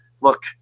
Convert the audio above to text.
look